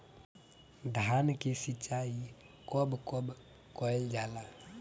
धान के सिचाई कब कब कएल जाला?